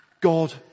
God